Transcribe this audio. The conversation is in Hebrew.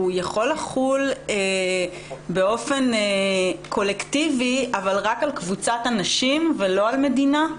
הוא יכול לחול באופן קולקטיבי אבל רק על קבוצת אנשים ולא על מדינה?